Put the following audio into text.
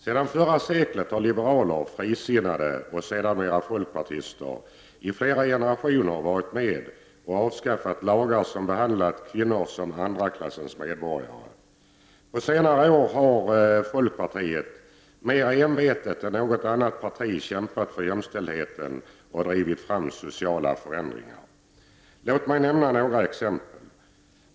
Sedan förra seklet har liberaler, frisinnade och sedermera folkpartister i flera generationer varit med och avskaffat lagar som behandlat kvinnor som andra klassens medborgare. På senare år har folkpartiet mer envetet än något annat parti kämpat för jämställdheten och drivit fram sociala förändringar. Låt mig ge några exempel.